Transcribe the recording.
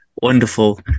wonderful